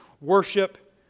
worship